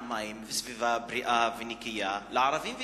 מים וסביבה בריאה ונקייה לערבים ויהודים.